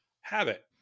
habit